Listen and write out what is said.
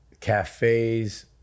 cafes